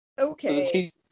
Okay